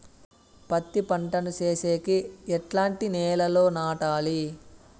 పత్తి పంట ను సేసేకి ఎట్లాంటి నేలలో నాటాలి?